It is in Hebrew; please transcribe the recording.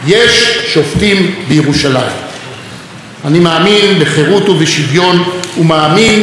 אני מאמין בחירות ובשוויון ומאמין בזכותנו הצודקת על הארץ.